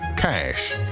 Cash